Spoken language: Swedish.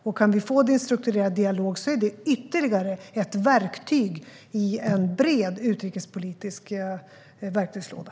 Om det går att få en strukturerad dialog är det ytterligare ett verktyg i en bred utrikespolitisk verktygslåda.